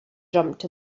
jumped